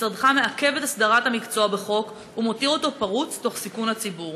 משרדך מעכב את הסדרת המקצוע בחוק ומותיר אותו פרוץ תוך סיכון הציבור.